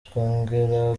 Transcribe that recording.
twongera